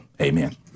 amen